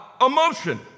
Emotion